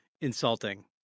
insulting